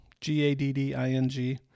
G-A-D-D-I-N-G